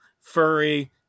furry